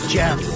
Jeff